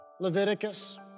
Leviticus